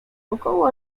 około